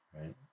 right